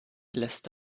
lässt